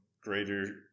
greater